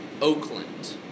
Oakland